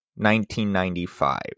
1995